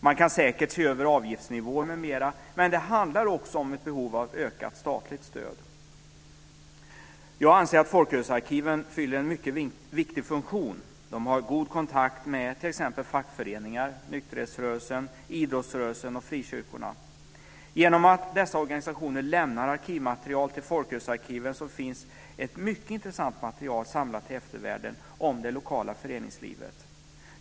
Man kan säkert se över avgiftsnivåer m.m., men det handlar också om ett behov av ökat statligt stöd. Jag anser att folkrörelsearkiven fyller en mycket viktig funktion. De har god kontakt med t.ex. fackföreningar, nykterhetsrörelsen, idrottsrörelsen och frikyrkorna. Genom att dessa organisationer lämnar arkivmaterial till folkrörelsearkiven finns ett mycket intressant material samlat till eftervärlden om det lokala föreningslivet.